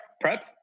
prep